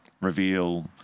reveal